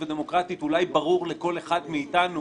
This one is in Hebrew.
ודמוקרטית זה אולי ברור לכל אחד מאיתנו